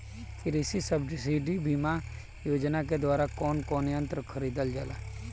कृषि सब्सिडी बीमा योजना के द्वारा कौन कौन यंत्र खरीदल जाला?